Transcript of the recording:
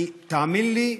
תאמין לי,